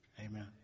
Amen